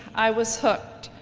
i was hooked,